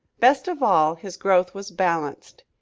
best of all his growth was balanced.